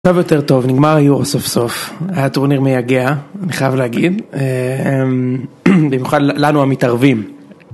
עכשיו יותר טוב, נגמר היור סוף סוף, היה טורניר מייגע אני חייב להגיד, במיוחד לנו המתערבים.